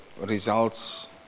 Results